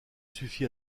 suffit